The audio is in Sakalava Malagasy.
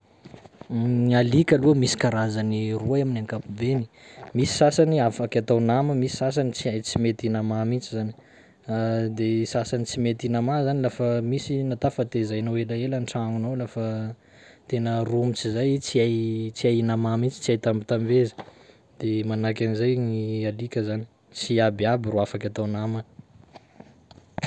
Ny alika aloha misy karazany roe amin'ny ankapobeny: misy sasany afaky atao nama, misy sasany tsy hay- tsy mety inama mihitsy zany; de sasany tsy mety inama zany lafa misy nata fa tezainao elaela an-tragnonao lafa tena romotsy zay i tsy hay- tsy hay inama mihitsy, tsy hay tambitambezy, de manahaky an'izay gny alika zany, tsy iabiaby ro afaky atao nama.